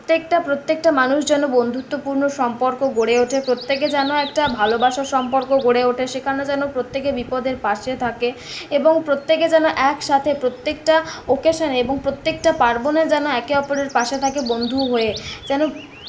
প্রত্যেকটা প্রত্যেকটা মানুষ যেন বন্ধুত্বপূর্ণ সম্পর্ক গড়ে ওঠে প্রত্যেকে যেন একটা ভালোবাসার সম্পর্ক গড়ে ওঠে সেখানে যেন প্রত্যেকে বিপদের পাশে থাকে এবং প্রত্যেকে যেন একসাথে প্রত্যেকটা অকেশনে এবং প্রত্যেকটা পার্বণে যেন একে অপরের পাশে থাকে বন্ধু হয়ে যেন